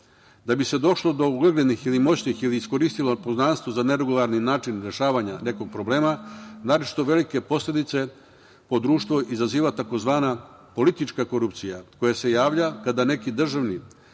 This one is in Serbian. bi se došlo do uglednih, moćnih ili iskoristilo poznanstvo za neregularni način rešavanja nekog problema, naročito velike posledice po društvo izaziva tzv. politička korupcija koja se javlja kada neki državni